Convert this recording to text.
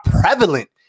prevalent